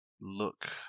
look